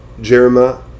Jeremiah